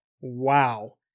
Wow